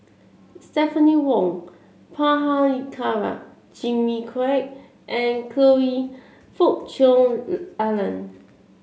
Stephanie Wong Prabhakara Jimmy Quek and Choe Fook Cheong Alan